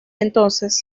entonces